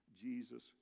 jesus